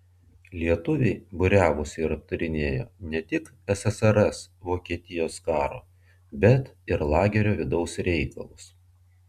lietuviai būriavosi ir aptarinėjo ne tik ssrs vokietijos karo bet ir lagerio vidaus reikalus